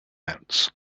ants